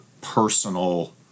personal